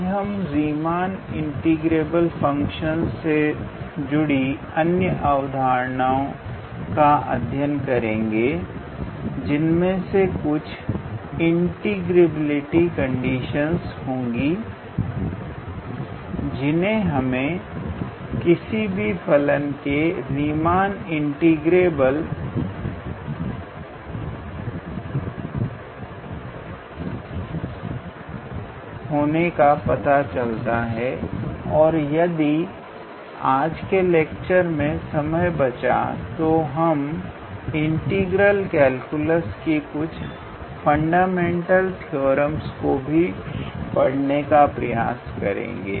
आज हम Riemann integrable functions से जुड़ी अन्य अवधारणाओं का अध्ययन करेंगे जिनमें से कुछ इंटीग्रेबिलिटी कंडीशनस होंगी जिनसे हमें किसी भी फलन के रीमान इंटीग्रेबल होने का पता चलता है और यदि आज के लेक्चर में समय बचा तो हम इंटीग्रल कैलकुलस कि कुछ फंडामेंटल थ्योरमस को भी पढ़ने का प्रयास करेंगे